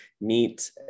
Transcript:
meet